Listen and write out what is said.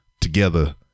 together